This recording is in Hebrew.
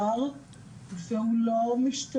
שבכלל יזמו את הדיון הזה ומאוד ערים למצוקה